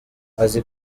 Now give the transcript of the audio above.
azi